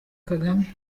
kagame